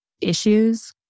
issues